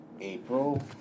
April